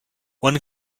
one